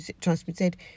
transmitted